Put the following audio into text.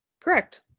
Correct